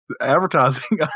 advertising